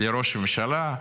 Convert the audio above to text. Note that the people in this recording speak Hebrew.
לראש הממשלה,